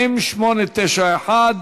מ/891.